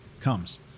comes